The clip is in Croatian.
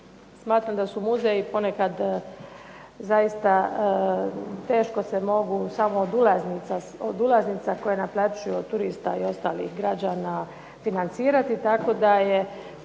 Smatram da su muzeji ponekad zaista teško se mogu samo od ulaznica koje naplaćuju od turista i ostalih građana financirati